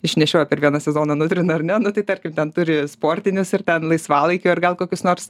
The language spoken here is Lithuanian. išnešioja per vieną sezoną nutrina ar ne tai tarkim ten turi sportinius ir ten laisvalaikio ir gal kokius nors